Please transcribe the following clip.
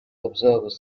observers